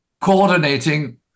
coordinating